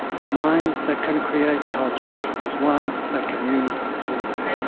the mind that can create culture is one that can use a symbol.